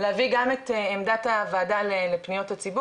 להביא גם את הוועדה לפניות הציבור